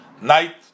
night